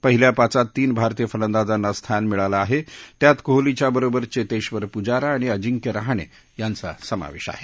पहिल्या पाचात तीन भारतीय फलदांजांना स्थान मिळालं आहे त्यात कोहलीच्या बरोबर चेतेश्वर पूजारा आणि अजिंक्य रहाणे यांचा समावेश आहे